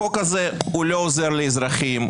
החוק הזה לא עוזר לאזרחים,